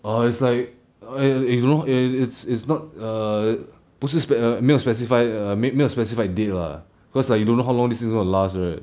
orh it's like err you know it's it's not err 不是 spec~ err 没有 specify err I mean 没有 specified date lah cause like you don't know how long this thing going to last right